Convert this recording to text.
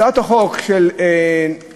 הצעת החוק של נישואין,